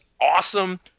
awesome